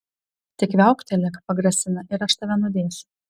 tik viauktelėk pagrasina ir aš tave nudėsiu